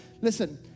Listen